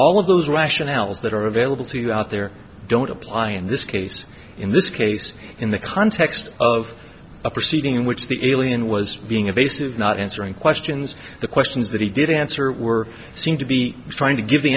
all of those rationales that are available to you out there don't apply in this case in this case in the context of a proceeding in which the alien was being evasive not answering questions the questions that he didn't answer were seem to be trying to give the